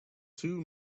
two